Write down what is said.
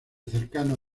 cercano